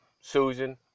Susan